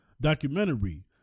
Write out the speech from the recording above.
documentary